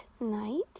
night